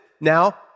now